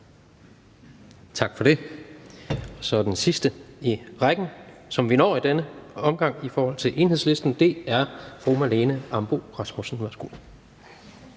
Tak for det. Den sidste i rækken, som vi når i denne omgang i forhold til Enhedslisten, er fru Marlene Ambo-Rasmussen. Værsgo.